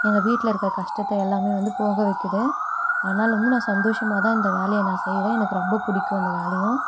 எங்கள் வீட்டில் இருக்கிற கஷ்டத்தை எல்லாமே வந்து போக்க வைக்கிறது அதனால வந்து நான் சந்தோஷமாக தான் இந்த வேலைய நான் செய்கிறேன் எனக்கு ரொம்ப பிடிக்கும் இந்த வேலையும்